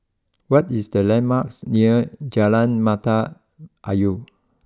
what is the landmarks near Jalan Mata Ayer